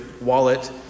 wallet